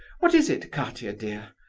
what is it, katia, dear?